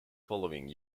following